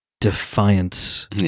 defiance